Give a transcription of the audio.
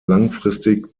langfristig